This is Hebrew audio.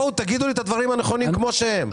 תגידו לי את הדברים הנכונים כפי שהם.